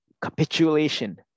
capitulation